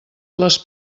les